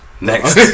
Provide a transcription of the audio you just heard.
Next